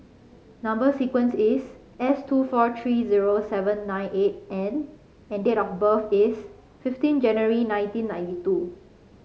number sequence is S two four three zero seven nine eight N and date of birth is fifteen January nineteen ninety two